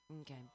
Okay